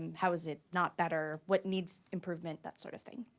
and how is it not better? what needs improvement? that sort of thing.